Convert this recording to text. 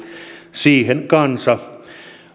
siihen kansa